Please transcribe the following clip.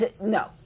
no